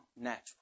natural